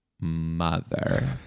mother